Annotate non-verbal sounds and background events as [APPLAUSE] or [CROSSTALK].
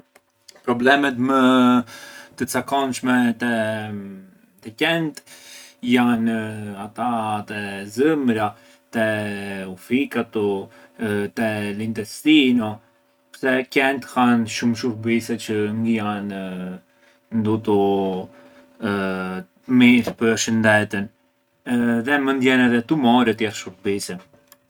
Problemet më të cakonshme te qent janë ata te zëmbra, te u fikatu, te l’intestino, pse qent hanë shumë shurbise çë ngë janë ndutu [HESITATION] mirë pë’ shëndetën, dhe mënd jenë tumori e tjerë shërbise.